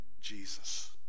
Jesus